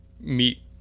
meet